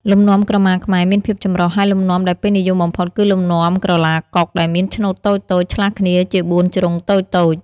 លំនាំក្រមាខ្មែរមានភាពចម្រុះ ហើយលំនាំដែលពេញនិយមបំផុត គឺ លំនាំក្រឡាកុក ដែលមានឆ្នូតតូចៗឆ្លាស់គ្នាជាបួនជ្រុងតូចៗ។